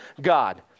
God